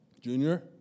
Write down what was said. Junior